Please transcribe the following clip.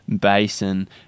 basin